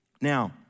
Now